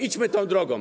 Idźmy tą drogą.